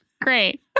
Great